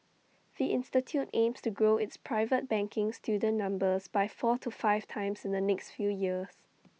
the institute aims to grow its private banking student numbers by four to five times in the next few years